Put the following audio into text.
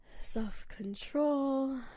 Self-control